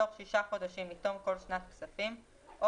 בתוך שישה חודשים מתום כל שנת כספים או